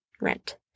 rent